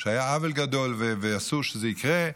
שהיה עוול גדול ואסור שזה יקרה,